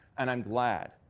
and i'm glad.